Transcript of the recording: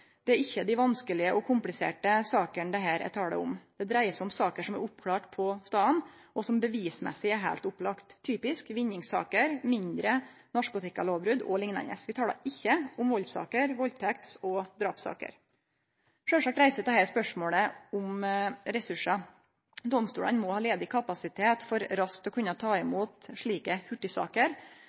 Det er ikkje dei vanskelege og kompliserte sakene det her er tale om. Det dreier seg om saker som er oppklara på staden, og som bevismessig er heilt opplagde, typisk vinningssaker, mindre narkotikalovbrot og liknande. Vi talar ikkje om valdssaker, valdtekts- og drapssaker. Sjølvsagt reiser dette spørsmål om ressursar. Domstolane må ha ledig kapasitet for raskt å kunne ta imot slike